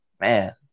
man